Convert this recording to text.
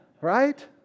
Right